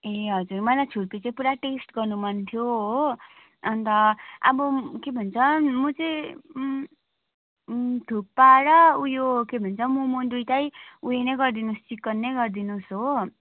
ए हजुर मलाई छुर्पी चाहिँ पुरा टेस्ट गर्नु मन थियो हो अन्त अब के भन्छ म चाहिँ थुक्पा र उयो के भन्छ मोमो दुइटै उयो नै गरिदिनुहोस् चिकन नै गरिदिनुहोस् हो